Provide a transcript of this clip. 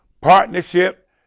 partnership